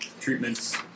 treatments